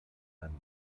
einem